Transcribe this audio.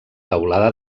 teulada